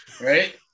right